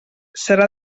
serà